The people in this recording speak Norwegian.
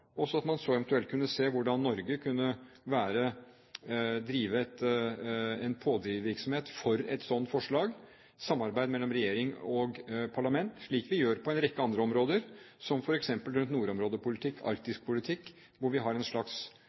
eventuelt se på hvordan Norge kunne være en pådriver for et slikt forslag når det gjelder samarbeid mellom regjering og parlament, slik som på en rekke andre områder, f.eks. nordområdepolitikk, arktisk politikk, hvor vi har en slags